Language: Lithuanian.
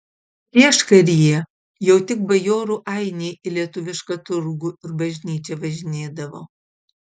prieškaryje jau tik bajorų ainiai į lietuvišką turgų ir bažnyčią važinėdavo